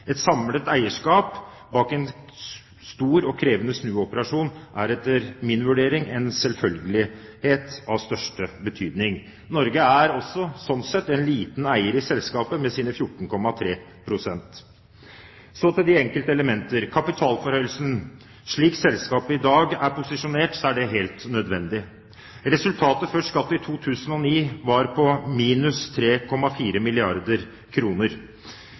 Et samlet eierskap bak en stor og krevende snuoperasjon er etter min vurdering en selvfølgelighet av største betydning. Norge er også, sånn sett, en liten eier i selskapet med sine 14,3 pst. Så til de enkelte elementer. Kapitalforhøyelsen: Slik selskapet i dag er posisjonert, er det helt nødvendig. Resultatet før skatt i 2009 var på minus 3,4 milliarder